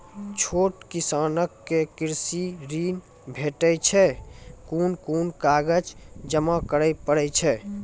छोट किसानक कृषि ॠण भेटै छै? कून कून कागज जमा करे पड़े छै?